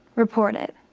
report it.